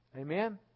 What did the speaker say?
Amen